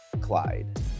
Clyde